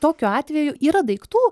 tokiu atveju yra daiktų